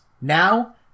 Now